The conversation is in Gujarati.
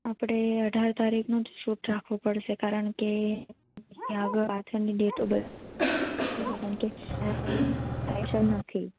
આપણે અઢાર તારીખનું જ શૂટ રાખવું પડશે કારણકે એની આગળ પાછળની ડેટો બધી નથી